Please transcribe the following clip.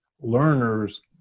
learners